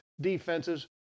defenses